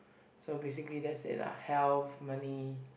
so basically that's it lah health money